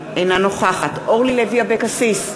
אינה נוכחת אורלי לוי אבקסיס,